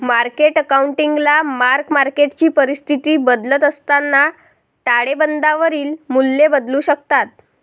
market अकाउंटिंगला mark मार्केटची परिस्थिती बदलत असताना ताळेबंदावरील मूल्ये बदलू शकतात